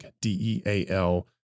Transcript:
deal